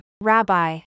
Rabbi